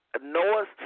Noah's